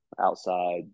outside